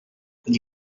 would